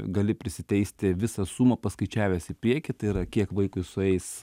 gali prisiteisti visą sumą paskaičiavęs į priekį tai yra kiek vaikui sueis